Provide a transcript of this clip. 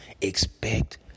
expect